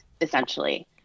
essentially